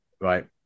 right